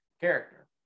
character